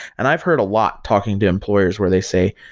and i've heard a lot talking to employers where they say,